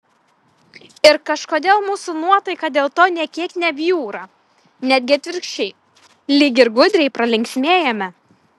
ir kažkodėl mūsų nuotaika dėl to nė kiek nebjūra netgi atvirkščiai lyg ir gudriai pralinksmėjame